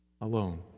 alone